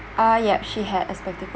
ah yup she had a spectacle